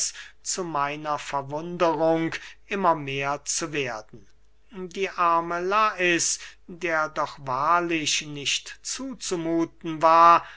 zu meiner verwunderung immer mehr zu werden die arme lais der doch wahrlich nicht zuzumuthen war